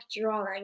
drawing